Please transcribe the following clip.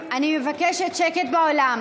אינו נוכח נפתלי בנט,